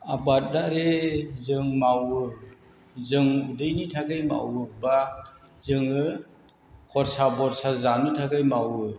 आबादारि जों मावो जों उदैनि थाखाय मावोबा जोङो खरसा बरसा जानो थाखाय मावो